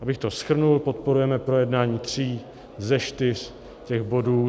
Abych to shrnul, podporujeme projednání tří ze čtyř těch bodů.